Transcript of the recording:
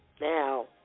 now